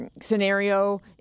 scenario